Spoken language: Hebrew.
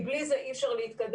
כי בלי זה אי-אפשר להתקדם.